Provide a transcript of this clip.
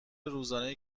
روزانهای